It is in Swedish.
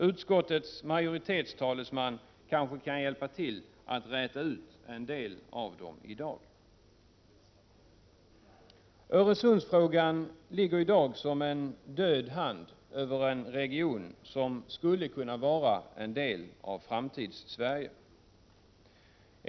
Utskottsmajoritetens talesman kanske kan hjälpa till att räta ut en del av dem i dag. Öresundsfrågan ligger i dag som en död hand över en region som skulle kunna vara en del av Framtidssverige.